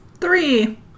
Three